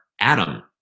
Adam